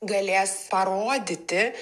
galės parodyti